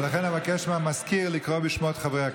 לכן אבקש מהמזכיר לקרוא בשמות חברי הכנסת.